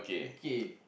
okay